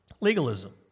Legalism